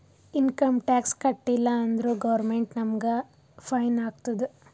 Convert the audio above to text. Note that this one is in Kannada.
ಇನ್ಕಮ್ ಟ್ಯಾಕ್ಸ್ ಕಟ್ಟೀಲ ಅಂದುರ್ ಗೌರ್ಮೆಂಟ್ ನಮುಗ್ ಫೈನ್ ಹಾಕ್ತುದ್